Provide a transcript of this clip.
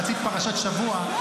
רצית פרשת שבוע,